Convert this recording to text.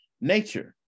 nature